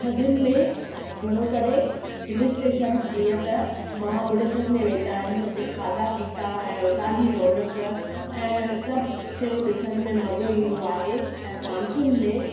थधियुनि में घणो करे हिल स्टेशन जीअं त महाबलेश्वर वेंदा आहिनि उते खाधा पीता ऐं हुतां जी रोनक ऐं सभु शयूं ॾिसण में मज़ो ईंदो आहे ऐं मानसून में